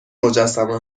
مجسمه